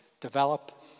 develop